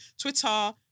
Twitter